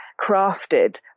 crafted